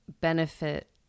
benefit